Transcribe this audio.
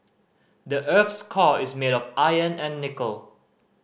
the earth's core is made of iron and nickel